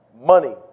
money